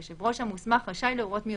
יושב הראש המוסמך רשאי להורות מיוזמתו,